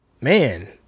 man